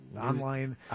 online